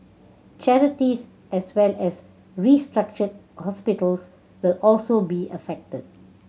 charities as well as restructured hospitals will also be affected